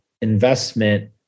investment